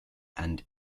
and